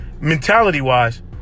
mentality-wise